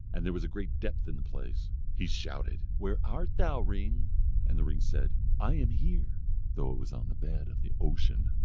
and there was a great depth in the place. he shouted, where art thou, ring and the ring said, i am here though it was on the bed of the ocean.